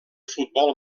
futbol